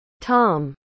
Tom